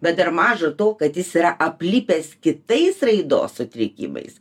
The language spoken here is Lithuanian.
bet dar maža to kad jis yra aplipęs kitais raidos sutrikimais